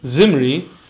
Zimri